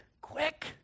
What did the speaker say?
quick